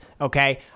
okay